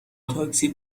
تاکسی